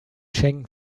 schengen